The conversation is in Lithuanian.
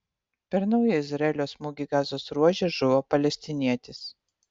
per naują izraelio smūgį gazos ruože žuvo palestinietis